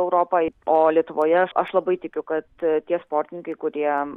europai o lietuvoje aš aš labai tikiu kad tie sportininkai kurie